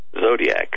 Zodiac